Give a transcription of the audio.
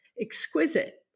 exquisite